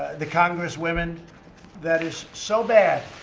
the congresswomen that is so bad,